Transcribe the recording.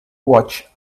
watch